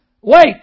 Wait